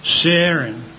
sharing